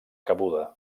cabuda